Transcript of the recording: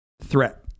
threat